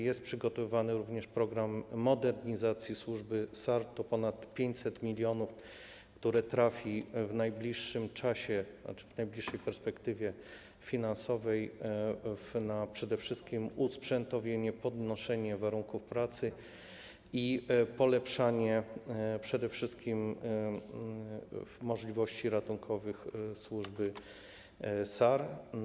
Jest przygotowywany również program modernizacji służby SAR: to ponad 500 mln, które trafi w najbliższym czasie, znaczy w najbliższej perspektywie finansowej, przede wszystkim na usprzętowienie, polepszanie warunków pracy i przede wszystkim możliwości ratunkowych służby SAR.